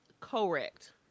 correct